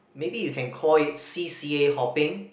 maybe you can call it C_C_A hopping